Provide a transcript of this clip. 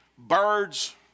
Birds